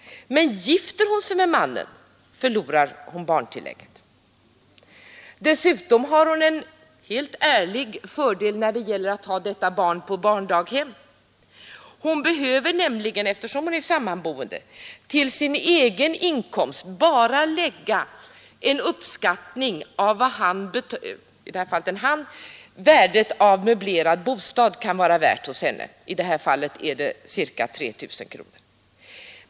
Men gifter hon sig med mannen förlorar hon barntillägget. Dessutom har hon en helt ärlig fördel när det gäller att ha detta barn på barndaghem. Hon behöver nämligen, eftersom hon är sammanboende, till sin egen inkomst bara lägga en uppskattning av värdet av möblerad bostad hos henne för den man som hon sammanbor med — i det här fallet är det ca 3 000 kronor.